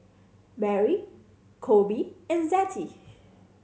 Merry Kolby and Zettie